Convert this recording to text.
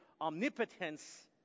omnipotence